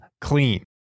clean